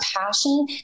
passion